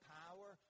power